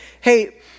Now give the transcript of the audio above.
Hey